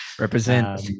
represent